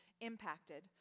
impacted